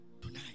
tonight